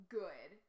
good